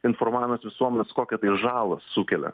informavimas visuomenės kokią tai žalą sukelia